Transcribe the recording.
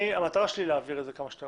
המטרה שלי היא להעביר את זה כמה שיותר